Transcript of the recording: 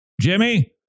Jimmy